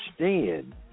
understand